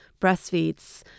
breastfeeds